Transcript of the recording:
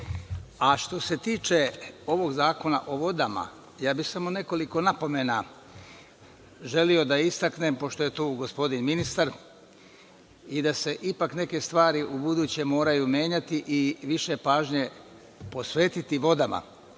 Što se tiče ovog Zakona o vodama, samo bih nekoliko napomena želeo da istaknem, pošto je tu gospodin ministar, i da se ipak neke stvari ubuduće moraju menjati i više pažnje posvetiti vodama. Evo,